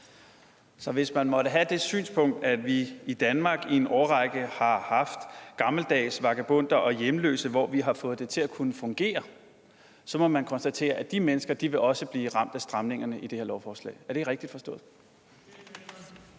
Så hvis man måtte have det synspunkt, at vi i Danmark i en årrække har haft gammeldags vagabonder og hjemløse, hvor vi har kunnet få det til at fungere, så må man konstatere, at de mennesker også vil blive ramt af stramningerne i det her lovforslag. Er det rigtigt forstået?